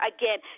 again